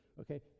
okay